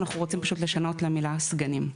אנחנו רוצים פשוט למנות למילה סגנים.